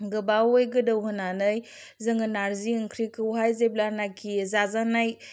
गोबावै गोदौहोनानै जोङो नार्जि ओंख्रिखौहाय जेब्लानाखि जाजानाय